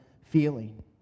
feeling